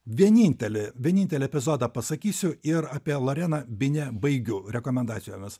vienintelį vienintelį epizodą pasakysiu ir apie lareną bine baigiu rekomendacijomis